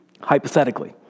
hypothetically